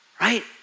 Right